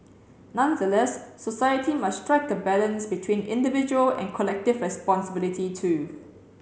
nonetheless society must strike a balance between individual and collective responsibility too